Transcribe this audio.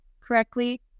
correctly